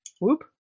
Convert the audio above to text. Whoop